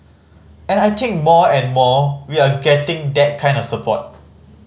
and I think more and more we are getting that kind of support